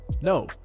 No